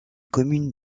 communes